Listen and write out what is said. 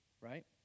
right